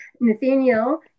Nathaniel